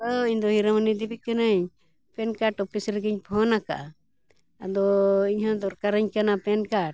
hello ᱤᱧ ᱫᱚ ᱦᱤᱨᱚᱢᱚᱱᱤ ᱫᱮᱵᱤ ᱠᱟᱹᱱᱟᱹᱧ ᱯᱮᱱ ᱠᱟᱨᱰ ᱚᱯᱷᱤᱥ ᱨᱮᱜᱮᱧ ᱯᱷᱳᱱ ᱟᱠᱟᱜᱼᱟ ᱟᱫᱚ ᱤᱧᱦᱚᱸ ᱫᱚᱨᱠᱟᱨᱟᱹᱧ ᱠᱟᱱᱟ ᱯᱮᱱ ᱠᱟᱨᱰ